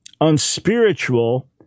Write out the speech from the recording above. unspiritual